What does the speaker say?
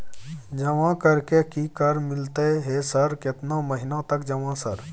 जमा कर के की कर मिलते है सर केतना महीना तक जमा सर?